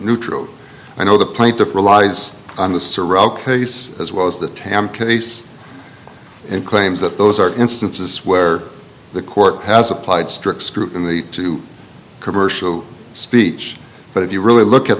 neutral i know the plaintiff relies on the sirocco case as well as the tam case and claims that those are instances where the court has applied strict scrutiny to commercial speech but if you really look at